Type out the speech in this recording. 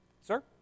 Sir